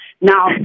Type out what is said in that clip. Now